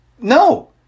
No